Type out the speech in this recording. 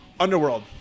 Underworld